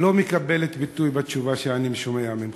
לא מקבלות ביטוי בתשובה שאני שומע ממך.